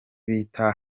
bita